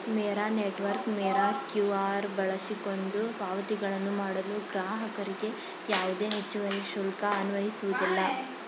ಮೇರಾ network Mera QR ಬಳಸಿಕೊಂಡು ಪಾವತಿಗಳನ್ನು ಮಾಡಲು ಗ್ರಾಹಕರಿಗೆ ಯಾವುದೇ ಹೆಚ್ಚುವರಿ ಶುಲ್ಕ ಅನ್ವಯಿಸುವುದಿಲ್ಲ